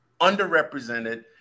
underrepresented